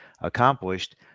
accomplished